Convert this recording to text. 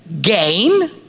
gain